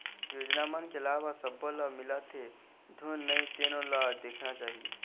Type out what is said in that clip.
योजना मन के लाभ ह सब्बो ल मिलत हे धुन नइ तेनो ल देखना चाही